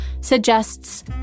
suggests